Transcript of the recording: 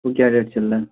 وہ کیا ریٹ چل رہا ہے